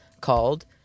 called